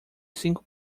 cinco